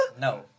No